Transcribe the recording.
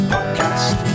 Podcast